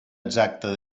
exacte